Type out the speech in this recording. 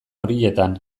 horietan